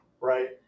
right